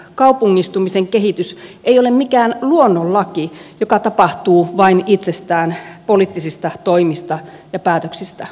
kaupungistumisen kehitys ei ole mikään luonnonlaki joka tapahtuu vain itsestään poliittisista toimista ja päätöksistä huolimatta